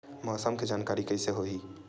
मौसम के जानकारी कइसे होही?